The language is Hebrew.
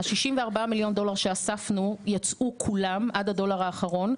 ה-64 מיליון דולר שאספנו יצאו כולם עד הדולר האחרון.